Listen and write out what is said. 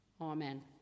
Amen